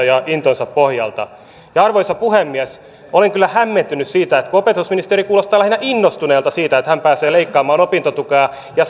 ja intonsa pohjalta arvoisa puhemies olen kyllä hämmentynyt siitä että opetusministeri kuulostaa lähinnä innostuneelta siitä että hän pääsee leikkaamaan opintotukea ja